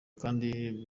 kandi